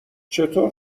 چطور